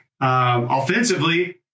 Offensively